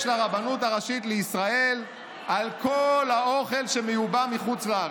לרבנות הראשית לישראל על כל האוכל שמיובא מחו"ל?